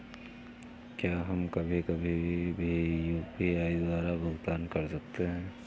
क्या हम कभी कभी भी यू.पी.आई द्वारा भुगतान कर सकते हैं?